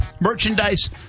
merchandise